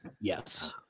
yes